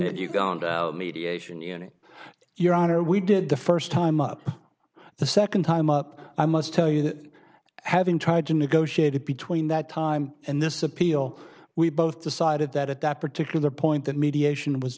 that you've gone to mediation unit your honor we did the first time up the second time up i must tell you that having tried to negotiate it between that time and this appeal we both decided that at that particular point that mediation was